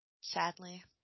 Sadly